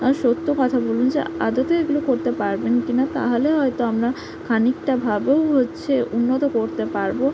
আর সত্য কথা বলুন যে আদতে এগুলো করতে পারবেন কি না তাহলে হয়তো আমরা খানিকটাভাবেও হচ্ছে উন্নত করতে পারব